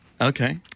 Okay